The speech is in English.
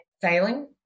Sailing